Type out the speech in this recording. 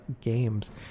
games